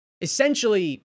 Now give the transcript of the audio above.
essentially